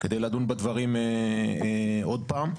כדי לדון בדברים עוד פעם.